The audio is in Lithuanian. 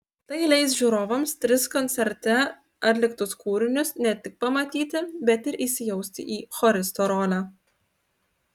tai leis žiūrovams tris koncerte atliktus kūrinius ne tik pamatyti bet ir įsijausti į choristo rolę